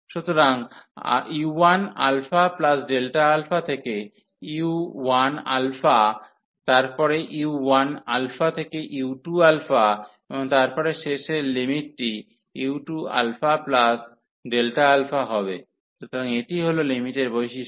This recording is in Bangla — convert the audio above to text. সুতরাং u1α থেকে u1 তারপরে u1 থেকে u2 এবং তারপরে শেষে লিমিটি u2αΔα হবে সুতরাং এটিই হল লিমিটের বৈশিষ্ট্য